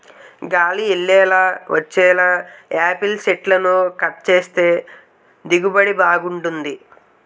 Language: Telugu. గాలి యెల్లేలా వచ్చేలా యాపిల్ సెట్లని కట్ సేత్తే దిగుబడి బాగుంటది